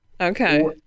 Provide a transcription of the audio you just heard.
Okay